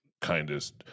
kindest